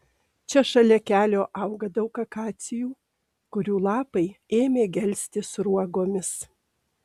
čia šalia kelio auga daug akacijų kurių lapai ėmė gelsti sruogomis